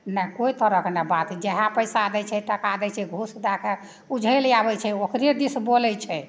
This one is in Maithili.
नहि कोइ तरहके ने बात जएह पैसा दै छै टाका दै छै घूस दए कऽ उझैलि आबै छै ओकरे दिस बोलै छै